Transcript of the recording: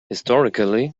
historically